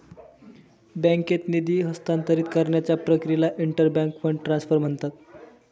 बँकेत निधी हस्तांतरित करण्याच्या प्रक्रियेला इंटर बँक फंड ट्रान्सफर म्हणतात